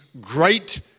great